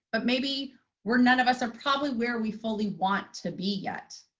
but maybe were none of us are probably where we fully want to be yet.